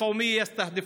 זה לא אחרי היהודים,